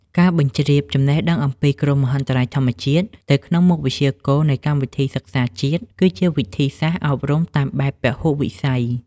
ការបញ្ជ្រាបចំណេះដឹងអំពីគ្រោះមហន្តរាយធម្មជាតិទៅក្នុងមុខវិជ្ជាគោលនៃកម្មវិធីសិក្សាជាតិ គឺជាវិធីសាស្ត្រអប់រំតាមបែបពហុវិស័យ។